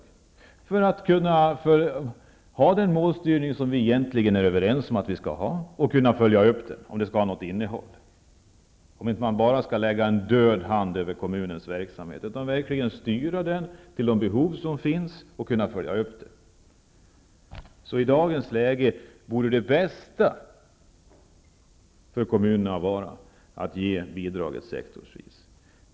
Då går det att få den målstyrning som vi egentligen är överens om att vi skall ha och att följa upp innehållet. Då läggs inte en död hand över kommunernas verksamhet. Verksamheten styrs till de behov som finns, och sedan sker en uppföljning. I dagsläget vore det bästa för kommunerna att få bidragen sektorsvis.